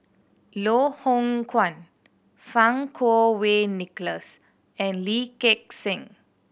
Loh Hoong Kwan Fang Kuo Wei Nicholas and Lee Gek Seng